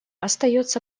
остается